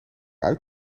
uit